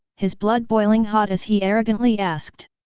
his blood boiling hot as he arrogantly asked.